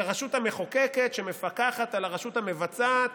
כרשות המחוקקת שמפקחת על הרשות המבצעת,